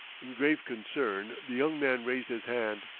in grave concern the young man raised his hand,